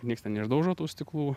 nieks ten neišdaužo tų stiklų